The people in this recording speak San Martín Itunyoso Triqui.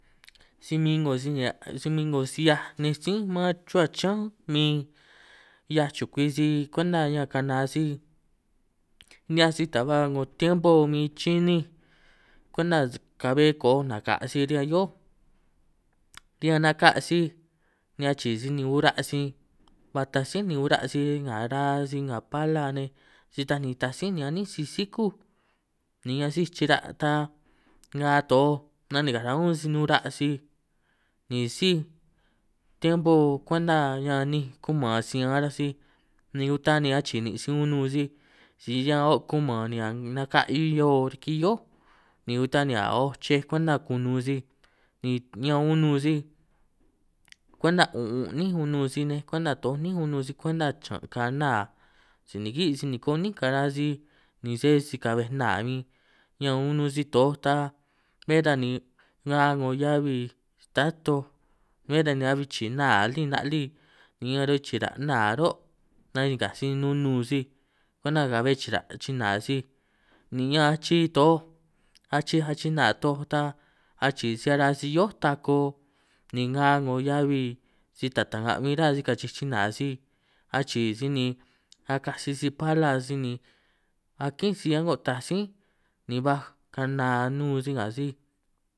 Si min 'ngo si nihia' si min 'ngo si 'hiaj nej sí man chuhua chiñán únj, min 'hiaj chukwi si kwenta ñan kana sij, nihiaj sij ta ba 'ngo tiempo min chinínj kwenta ka'hue koo' naka' sij riñan hioó', riñan naka' sij ni achii' sij ni ura' sij ba taaj sí ni uraj sij nga raa sij nga pala nej si taj ni taaj sí ni anínj sij sikúj, ni ñan síj chira' ta nga toj ni nanikaj ra' ñún sij nura' sij ni síj tiempo kwenta ñan ninj kuman snian ataj sij, uta ni achii nin' sij unun sij si ñan o' kuman ni a' naka' 'hio riki hioó, ni hiuj ta ni oj chej kwenta kunun sij ni ñan unun sij, kwenta un'un' 'nín unun sij nej kwenta toj 'nín unun sij kwenta chiñan' ka nna si niki si niko 'nín kara sij, ni sé si ka'bbe nna huin ñan unun sij toj ta bé ni nnga heabi ta toj, bé ta ni achii nna lí ni ñan na'hue chira' nna ro' nanikaj sij nunun sij, kwenta ka'hue chira' chinaj sij ni ñan achi toj achij achij nna toj ta achii sij araj sij hio'ó tako, ni nga 'ngo heabi si taj ta'nga huin ruhua sij kachij china achii sij ni akaj sij si-pala sij, ni akín sij a'ngo taaj sí ni baj kana nun sij.